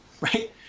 right